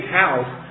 house